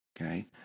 okay